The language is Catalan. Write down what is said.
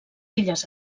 illes